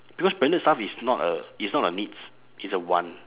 because branded stuff is not a is not a needs it's a want